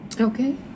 Okay